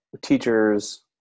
teachers